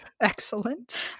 Excellent